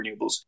renewables